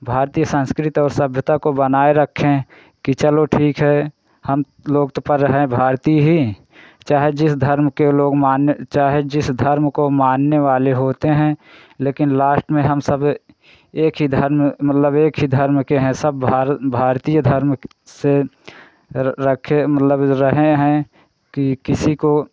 भारतीय सांस्कृति और सभ्यता को बनाए रखे कि चलो ठीक है हम लोग तो पर रहे हैं भारतीय ही चाहे जिस धर्म के लोग मानने चाहे जिस धर्म को मानने वाले होते हैं लेकिन लास्ट में हम सब एक ही धर्म मतलब एक ही धर्म के हैं सब भार भारतीय धर्म से र रखे मतलब रहे हैं कि किसी को